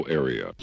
area